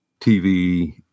TV